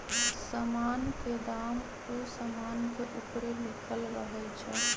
समान के दाम उ समान के ऊपरे लिखल रहइ छै